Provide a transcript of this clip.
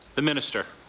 the minister.